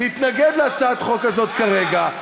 להתנגד להצעת החוק הזאת כרגע.